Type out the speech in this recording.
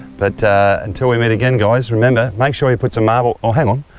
but until we meet again guys, remember, make sure you put some marble oh hang on.